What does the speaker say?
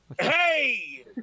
Hey